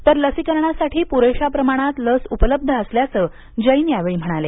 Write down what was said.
तर लसीकरणासाठी पुरेशा प्रमाणात लस उपलब्ध असल्याचं जैन यावेळी म्हणाले